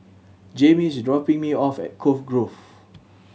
Jammie is dropping me off at Cove Grove